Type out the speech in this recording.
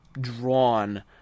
drawn